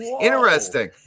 Interesting